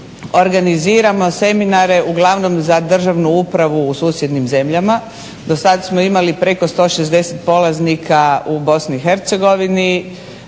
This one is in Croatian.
organiziramo seminare uglavnom za državnu upravu u susjednim zemljama. Do sad smo imali preko 160 polaznika u Bosni